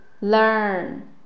Learn